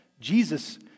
Jesus